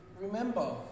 Remember